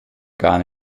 gar